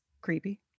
creepy